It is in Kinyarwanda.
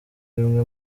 bimwe